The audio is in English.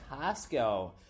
Costco